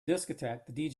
discotheque